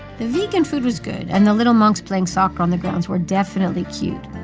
the vegan food was good, and the little monks playing soccer on the grounds were definitely cute.